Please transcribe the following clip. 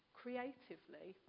creatively